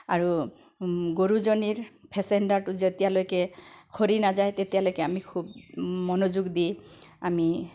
আৰু গৰুজনীৰ প্লেছেণ্ডাৰটো যেতিয়ালৈকে সৰি নাযায় তেতিয়ালৈকে আমি খুব মনোযোগ দি আমি